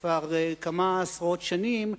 כבר כמה עשרות שנים,